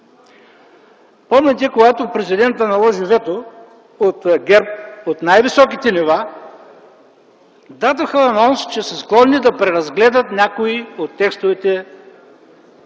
Помните, когато президентът наложи вето, от ГЕРБ, от най-високите нива дадоха анонс, че са склонни да преразгледат някои от текстовете по